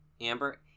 Amber